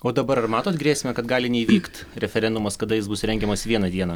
o dabar ar matot grėsmę kad gali neįvykt referendumas kada jis bus rengiamas vieną dieną